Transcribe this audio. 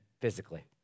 physically